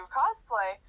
cosplay